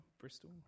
Bristol